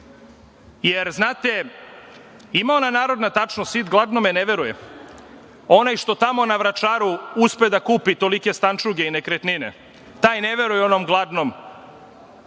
dozvoliti. Ima ona narodna - sit gladnom ne veruje. Onaj što tamo na Vračaru uspe da kupi tolike stančuge i nekretnine, taj ne veruje onom gladnom,